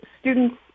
students